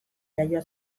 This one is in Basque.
jaio